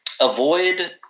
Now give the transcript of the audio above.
Avoid